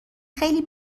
خیلی